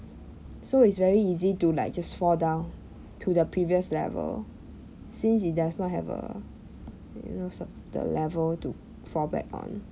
so it's very easy to like just fall down to the previous level since it does not have a you know s~ the level to fall back on